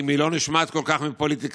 היא לא נשמעת כל כך מפוליטיקאים,